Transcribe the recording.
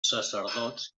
sacerdots